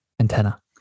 Antenna